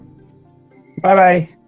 Bye-bye